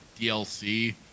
DLC